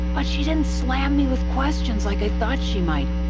but she didn't slam me with questions like i thought she might.